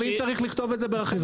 ואם צריך לכתוב את זה ברחל בתך הקטנה,